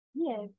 Yes